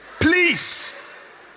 Please